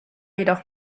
jedoch